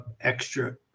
extra